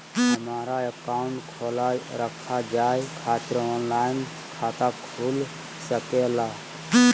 हमारा अकाउंट खोला रखा जाए खातिर ऑनलाइन खाता खुल सके ला?